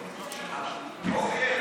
אני מסיים.